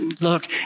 look